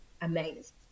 amazed